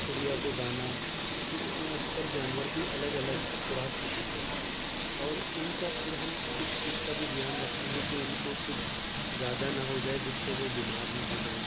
چڑیا کو دانا اسی طرح سب جانور کی الگ لگ خوراک ہوتی ہے اور ان کا پھر ہم اس چیز کا بھی دھیان رکھتے ہیں کہ ان کو کچھ زیادہ نہ ہو جائے جس سے وہ بیمار نہ ہو جائیں